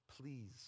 Please